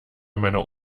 meiner